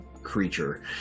creature